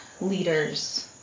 leaders